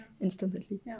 instantly